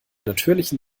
natürlichen